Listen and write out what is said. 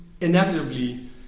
inevitably